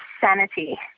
sanity